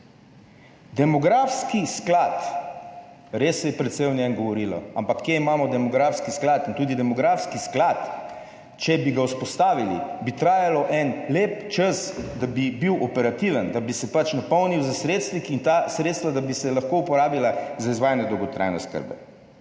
Demografski sklad, res se je precej o njem govorilo, ampak kje imamo demografski sklad? In tudi demografski sklad, če bi ga vzpostavili, bi trajalo en lep čas, da bi bil operativen, da bi se pač napolnil s sredstvi in ta sredstva, da bi se lahko uporabila za izvajanje dolgotrajne oskrbe.